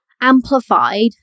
amplified